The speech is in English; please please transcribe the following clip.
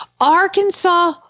Arkansas